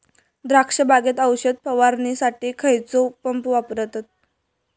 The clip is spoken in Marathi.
द्राक्ष बागेत औषध फवारणीसाठी खैयचो पंप वापरतत?